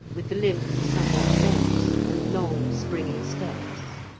with the limbs somewhat bent, and long springy steps.